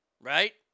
right